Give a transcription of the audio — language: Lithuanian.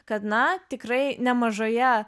kad na tikrai nemažoje